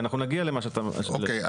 אוקיי,